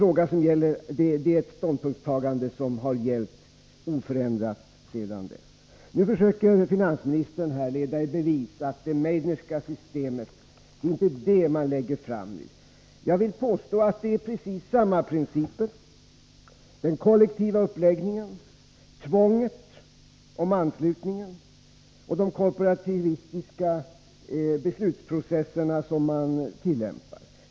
Det är ett ståndspunktstagande som har gällt oförändrat sedan dess. Finansministern försöker här leda i bevis att det inte är det Meidnerska systemet förslaget gäller. Jag vill påstå att det är precis samma principer i det förslag man lägger fram: den kollektiva uppläggningen, tvånget om anslutning och de korporativistiska beslutsprocesser som tillämpas.